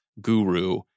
guru